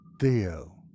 Theo